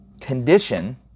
condition